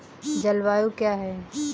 जलवायु क्या है?